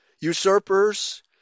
usurpers